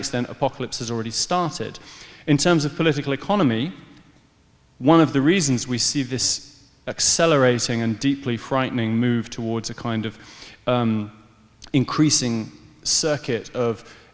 extent apocalypse has already started in terms of political economy one of the reasons we see this accelerating and deeply frightening move towards a kind of increasing circuit of